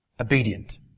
Obedient